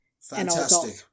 Fantastic